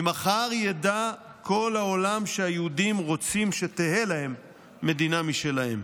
ממחר ידע כל העולם שהיהודים רוצים שתהא להם מדינה משלהם.